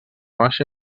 baixa